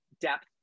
depth